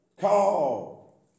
Call